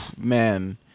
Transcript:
Man